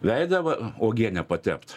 veidą va uogiene patept